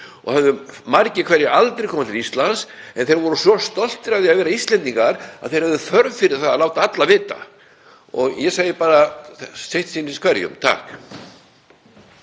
og höfðu margir hverjir aldrei komið til Íslands. En þeir voru svo stoltir af því að vera Íslendingar að þeir höfðu þörf fyrir að láta alla vita. Ég segi bara: Sitt sýnist hverjum.